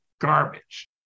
garbage